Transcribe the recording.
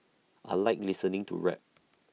I Like listening to rap